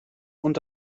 und